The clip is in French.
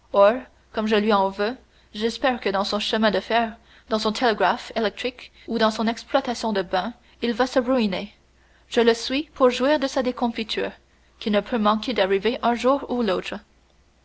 comme je lui en veux j'espère que dans son chemin de fer dans son télégraphe électrique ou dans son exploitation de bains il va se ruiner je le suis pour jouir de sa déconfiture qui ne peut manquer d'arriver un jour ou l'autre